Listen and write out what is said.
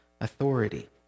authority